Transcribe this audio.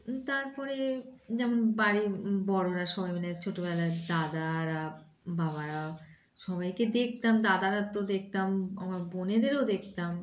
তারপরে যেমন বাড়ির বড়রা সবাই মিলে ছোটোবেলার দাদারা বাবারা সবাইকে দেখতাম দাদারা তো দেখতাম আমার বনেদেরও দেখতাম